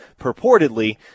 purportedly